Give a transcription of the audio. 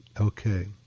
okay